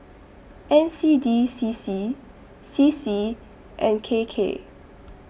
N C D C C C C and K K